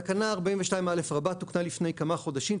תקנה 42א תוקנה לפני כמה חודשים,